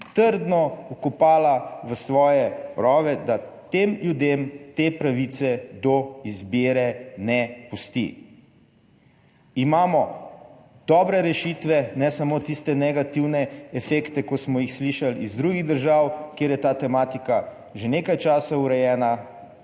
trdno vkopala v svoje rove, da tem ljudem te pravice do izbire ne pusti. Imamo dobre rešitve, ne samo tiste negativne efekte, ki smo jih slišali iz drugih držav, kjer je ta tematika že nekaj časa urejena.